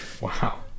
Wow